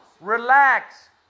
Relax